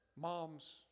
Moms